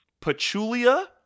Pachulia